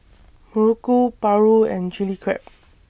Muruku Paru and Chili Crab